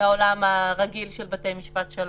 מהעולם הרגיל של בתי משפט שלום.